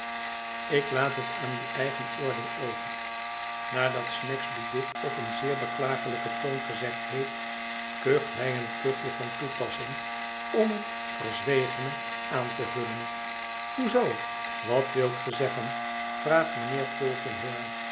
ik laat het aan uw eigen oordeel over nadat snagsby dit op een zeer beklaaglijken toon gezegd heeft kucht hij een kuchje van toepassing om het vêrzwegene aan te vullen hoe zoo wat wilt ge zeggen vraagt mijnheer tulkinghorn